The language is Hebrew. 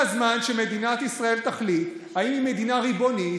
והגיע הזמן שמדינת ישראל תחליט אם היא מדינה ריבונית